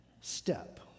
step